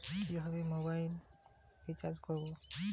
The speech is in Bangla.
কিভাবে মোবাইল রিচার্জ করব?